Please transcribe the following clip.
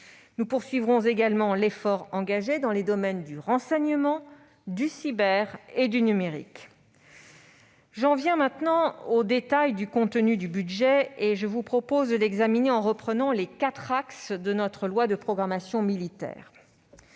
Nous poursuivrons également l'effort engagé dans les domaines du renseignement, du cyber et du numérique. J'en viens au détail du contenu du budget et je vous propose de l'examiner en reprenant les quatre axes de la loi de programmation militaire.